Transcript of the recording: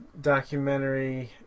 documentary